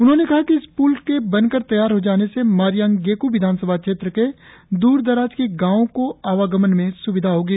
उन्होंने कहा कि इस प्ल के बनकर तैयार हो जाने से मारियांग गेक् विधानसभा क्षेत्र के द्र दराज के गांवों को आवागमन में स्विधा होगी